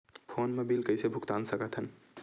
Phone मा bill कइसे भुक्तान साकत हन?